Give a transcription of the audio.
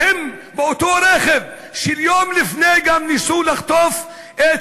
שהם באותו רכב, שיום לפני גם ניסו לחטוף את